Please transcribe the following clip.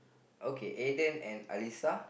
okay Eden and Alissa